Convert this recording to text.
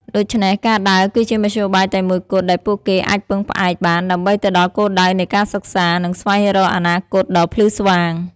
ដូច្នេះ ការដើរគឺជាមធ្យោបាយតែមួយគត់ដែលពួកគេអាចពឹងផ្អែកបានដើម្បីទៅដល់គោលដៅនៃការសិក្សា និងស្វែងរកអនាគតដ៏ភ្លឺស្វាង។